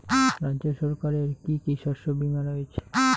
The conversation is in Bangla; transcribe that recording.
রাজ্য সরকারের কি কি শস্য বিমা রয়েছে?